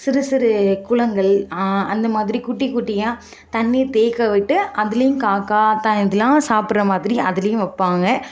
சிறு சிறு குளங்கள் அந்தமாதிரி குட்டி குட்டியா தண்ணிர் தேக்கவிட்டு அதுலேயும் காக்கா த இதெலாம் சாப்பிட்ற மாதிரி அதுலேயும் வைப்பாங்க